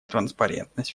транспарентность